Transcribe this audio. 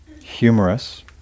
humorous